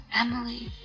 Emily